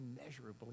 immeasurably